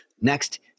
Next